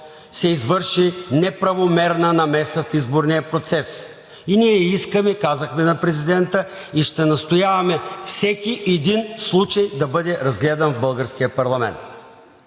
се извърши неправомерна намеса в изборния процес. Ние искаме, казахме на президента, и ще настояваме всеки един случай да бъде разгледан в българския парламент.